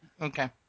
okay